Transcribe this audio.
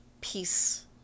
peace